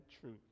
truth